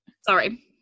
sorry